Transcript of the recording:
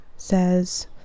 Says